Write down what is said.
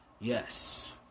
Yes